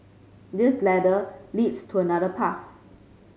this ladder leads to another path